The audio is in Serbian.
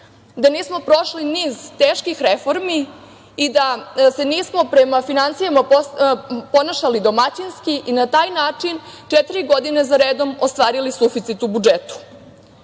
da nismo prošli niz teških reformi i da se nismo prema finansijama ponašali domaćinski i na taj način četiri godine za redom ostvarili suficit u budžetu. Kada